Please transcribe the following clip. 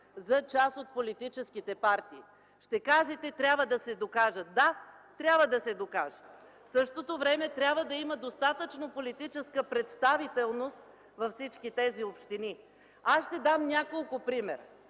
за част от политическите партии. Ще кажете: трябва да се докажат. Да, трябва да се докажат. Да, трябва да се докажат, в същото време трябва да има достатъчно политическа представителност във всички тези общини. Ще дам няколко примера.